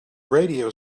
radio